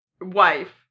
wife